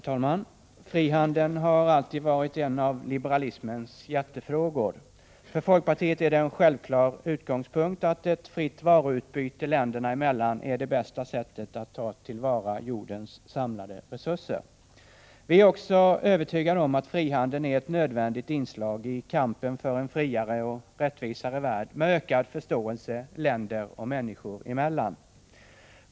Herr talman! Frihandeln har alltid varit en av liberalismens hjärtefrågor. För folkpartiet är det en självklar utgångspunkt att ett fritt varuutbyte länderna emellan är det bästa sättet att ta till vara jordens samlade resurser. Vi är också övertygade om att frihandeln är ett nödvändigt inslag i kampen för en friare och rättvisare värld med ökad förståelse länder och människor emellan.